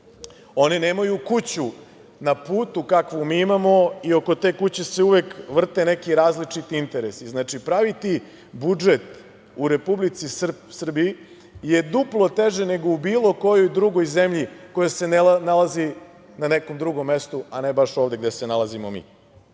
Oni nemaju kuću na putu, kakvu mi imamo i oko te kuće se uvek vrte neki različiti interesi. Znači, praviti budžet u Republici Srbiji je duplo teže nego u bilo kojoj drugoj zemlji koja se nalazi na nekom drugom mestu, a ne baš ovde gde se nalazimo